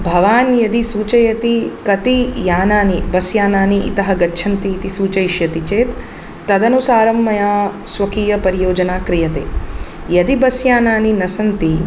भवान् यदि सूचयति कति यानानि बस् यानानि इतः गच्छन्ति इति सूचयिष्यति चेत् तदनुसारं मया स्वकीयपरियोजना क्रियते यदि बस् यानानि न सन्ति